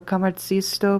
komercisto